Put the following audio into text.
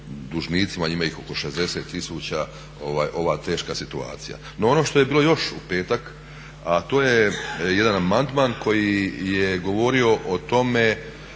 dužnicima, a ima ih oko 60 tisuća, ova teška situacija. No ono što je bilo još u petak, a to je jedan amandman koji je govorio o tome